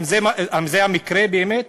האם זה המקרה באמת?